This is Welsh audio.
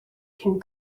cyn